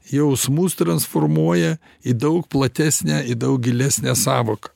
jausmus transformuoja į daug platesnę į daug gilesnę sąvoką